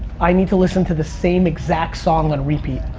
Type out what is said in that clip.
i need to listen to the same exact song on repeat.